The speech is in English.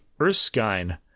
Erskine